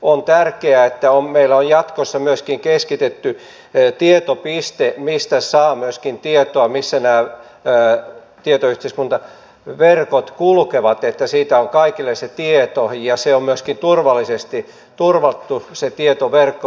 on tärkeää että meillä on jatkossa myöskin keskitetty tietopiste mistä saa tietoa siitä missä nämä tietoyhteiskuntaverkot kulkevat että siitä on kaikille se tieto ja on myöskin turvattu se tietoverkko mikä on